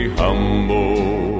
humble